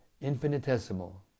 infinitesimal